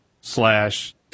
slash